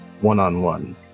one-on-one